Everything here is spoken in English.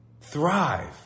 thrive